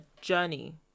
journey